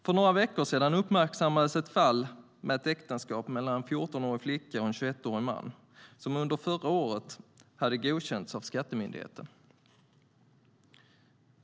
För några veckor sedan uppmärksammades ett fall med ett äktenskap mellan en 14-årig flicka och en 21-årig man som under förra året hade godkänts av skattemyndigheten.